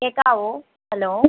കേൾക്കാമോ ഹലോ